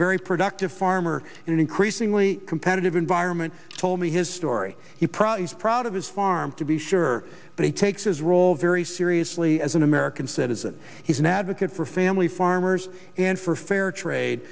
very productive farmer and increasingly competitive environment told me his story he probably is proud of his farm to be sure but he takes his role very seriously as an american citizen he's an advocate for family farmers and for fair trade